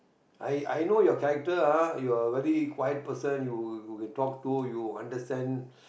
I I know your character ah you're a very quiet person you talk to you understand